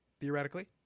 theoretically